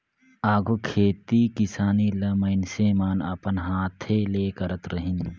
आघु खेती किसानी ल मइनसे मन अपन हांथे ले करत रहिन